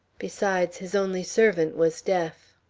besides, his only servant was deaf.